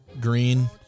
green